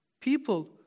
people